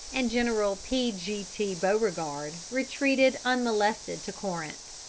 and general p. g. t. beauregard retreated unmolested to corinth.